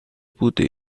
بوده